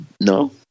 No